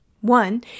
One